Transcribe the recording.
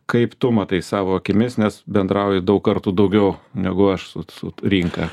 kaip tu matai savo akimis nes bendrauji daug kartų daugiau negu aš su su rinka